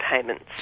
payments